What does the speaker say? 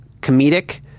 comedic